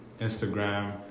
Instagram